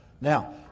Now